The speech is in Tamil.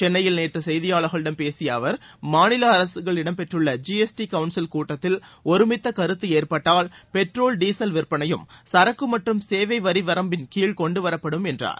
சென்னையில் நேற்று செய்தியாளர்களிடம் பேசிய அவர் மாநில அரசுகள் இடம் பெற்றுள்ள ஜிஎஸ்டி கவுன்சில் கூட்டத்தில் ஒருமித்த கருத்து ஏற்பட்டால் பெட்ரோல் டீசல் விற்பனையும் சரக்கு மற்றும் சேவை வரி வரம்பின் கீழ் கொண்டு வரப்படும் என்றார்